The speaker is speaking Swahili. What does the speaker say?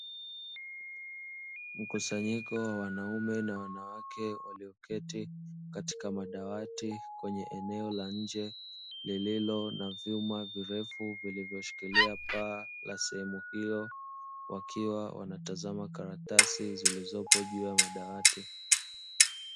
Eneo kubwa la wazi lilio tambarare, liliozungukwa na uwoto wa asili linalo jumuisha vichaka pamoja na miti, Pamoja na chanzo cha maji mithili ya mto yanayopita katika eneo hilo, likiashiria lenye kuhakisi mandhari ya misitu.